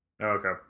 Okay